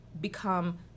become